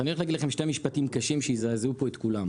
אני הולך להגיד לכם שני משפטים קשים שיזעזעו פה את כולם.